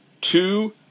two